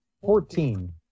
Fourteen